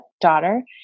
daughter